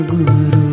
Guru